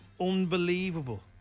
unbelievable